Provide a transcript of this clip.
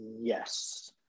yes